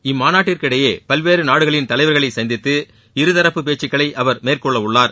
இம்மாநாட்டிற்கிடையே பல்வேறு நாடுகளின் தலைவர்களை சந்தித்து இருதரப்பு பேச்சுக்களை அவர் மேற்கொள்ள உள்ளார்